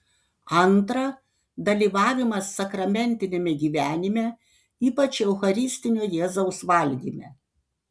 antra dalyvavimas sakramentiniame gyvenime ypač eucharistinio jėzaus valgyme